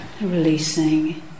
releasing